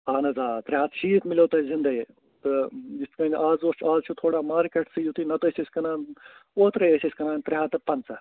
اہن حظ آ ترٛےٚ ہَتھ شیٖتھ میلیٛو توہہِ زِنٛدٔے یہِ تہٕ یِتھ کٔنۍ آز وُچھ آز چھُ تھوڑا مارکیٚٹسٕے یُتھُے نَہ تہٕ ٲسۍ أسۍ کٕنان اوٚترٔے ٲسۍ أسۍ کٕنان ترٛےٚ ہَتھ تہٕ پَنٛژاہ